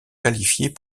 qualifiés